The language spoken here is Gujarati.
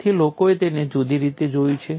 તેથી લોકોએ તેને જુદી રીતે જોયું છે